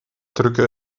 drücke